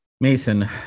Mason